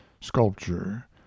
sculpture